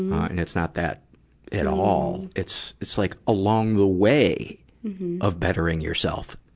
and it's not that at all. it's, it's like along the way of bettering yourself,